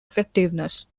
effectiveness